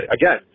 again